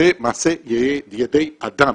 זה מעשה ידי אדם